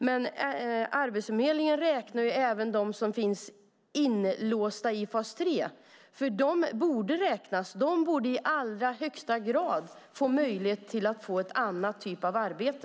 Men Arbetsförmedlingen räknar även dem som finns inlåsta i fas 3, för de borde räknas. De borde i allra högsta grad få möjlighet att få en annan typ av arbete.